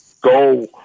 go